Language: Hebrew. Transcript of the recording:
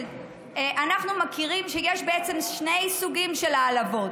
אנחנו מכירים בכך שיש בעצם שני סוגים של העלבות: